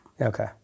Okay